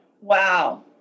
Wow